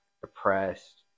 depressed